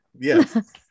Yes